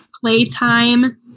playtime